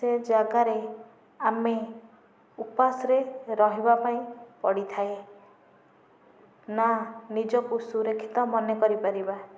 ସେ ଜାଗାରେ ଆମେ ଉପାସରେ ରହିବାପାଇଁ ପଡ଼ିଥାଏ ନା ନିଜକୁ ସୁରକ୍ଷିତ ମନେ କରିପାରିବା